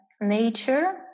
nature